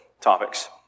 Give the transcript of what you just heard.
Topics